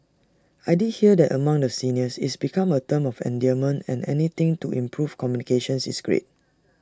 I did hear that among the seniors it's become A term of endearment and anything to improve communications is great